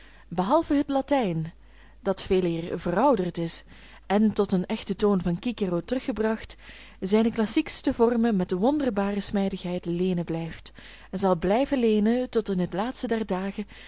behalve het latijn dat veeleer verouderd is en tot den echten toon van cicero teruggebracht zijne classiekste vormen met wonderbare smijdigheid leenen blijft en zal blijven leenen tot in het laatste der dagen